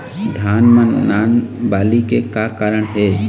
धान म नान बाली के का कारण हे?